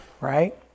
right